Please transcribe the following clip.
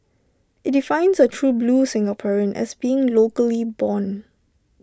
IT defines A true blue Singaporean as being locally born